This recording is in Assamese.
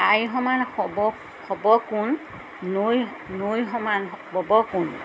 আই সমান হ'ব হ'ব কোন নৈ নৈ সমান হ'ব কোন